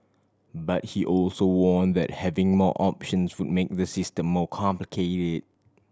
but he also warn that having more options would make the system more complicated